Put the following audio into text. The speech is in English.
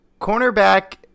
Cornerback